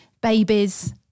babies